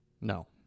No